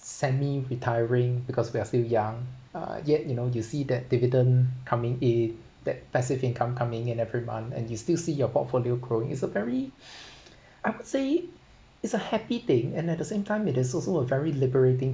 semi retiring because we are still young uh yet you know you see that dividend coming in that passive income coming in every month and you still see your portfolio growing is a very \I would say it's a happy thing and at the same time it is also a very liberating